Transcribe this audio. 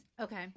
Okay